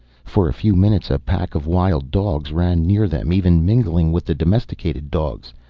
for a few minutes a pack of wild dogs ran near them, even mingling with the domesticated dogs.